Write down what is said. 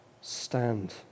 stand